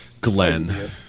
Glenn